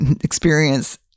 experience